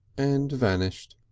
and vanished,